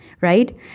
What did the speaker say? right